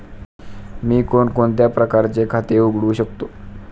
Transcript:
मी कोणकोणत्या प्रकारचे खाते उघडू शकतो?